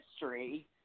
history